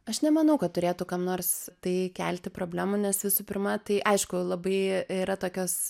aš nemanau kad turėtų kam nors tai kelti problemų nes visų pirma tai aišku labai yra tokios